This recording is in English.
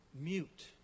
mute